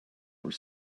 were